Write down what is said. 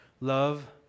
love